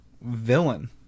villain